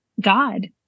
God